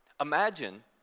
Imagine